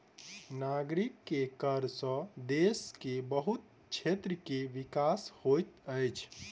नागरिक के कर सॅ देश के बहुत क्षेत्र के विकास होइत अछि